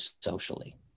socially